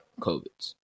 COVID's